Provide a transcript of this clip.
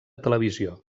televisió